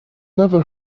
never